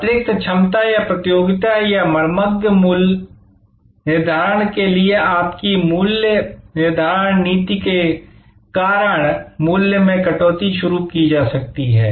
अतिरिक्त क्षमता या प्रतियोगिता या मर्मज्ञ मूल्य निर्धारण के लिए आपकी मूल्य निर्धारण नीति के कारण मूल्य में कटौती शुरू की जा सकती है